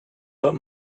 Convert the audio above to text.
but